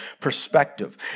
perspective